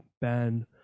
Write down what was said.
ban